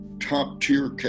top-tier